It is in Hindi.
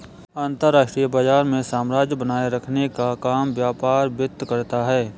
अंतर्राष्ट्रीय बाजार में सामंजस्य बनाये रखने का काम व्यापार वित्त करता है